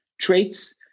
traits